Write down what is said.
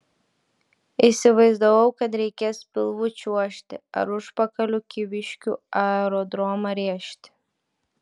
įsivaizdavau kad reikės pilvu čiuožti ar užpakaliu kyviškių aerodromą rėžti